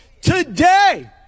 today